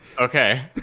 Okay